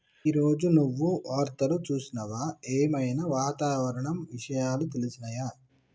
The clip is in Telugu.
ఈ రోజు నువ్వు వార్తలు చూసినవా? ఏం ఐనా వాతావరణ విషయాలు తెలిసినయా?